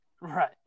Right